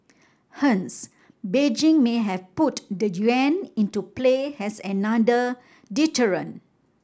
hence Beijing may have put the yuan into play as another deterrent